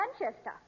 Manchester